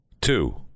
Two